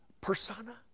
persona